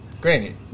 Granted